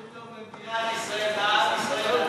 במה שטוב למדינת ישראל ולעם ישראל,